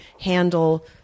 handle